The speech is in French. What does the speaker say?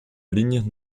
ligne